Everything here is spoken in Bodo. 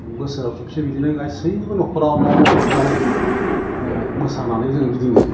बोसोराव खेबसे बिदिनो गासैनिबो नख'राव न' न' हाबनानै माने मोसानानै जोङो गिदिङो